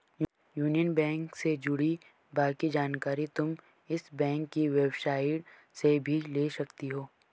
union bank से जुड़ी बाकी जानकारी तुम इस बैंक की वेबसाईट से भी ले सकती हो